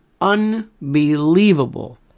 unbelievable